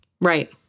Right